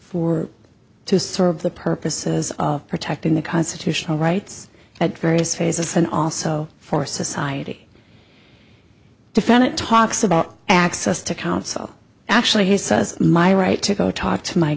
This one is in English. for to serve the purposes of protecting the constitutional rights at various phases and also for society defendant talks about access to counsel actually he says my right to go talk to my